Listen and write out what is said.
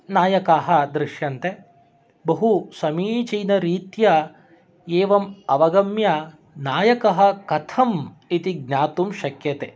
नायकाः दृश्यन्ते बहुसमीचीनरीत्या एवम् अवगम्य नायकः कथम् इति ज्ञातुं शक्यते